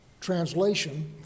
translation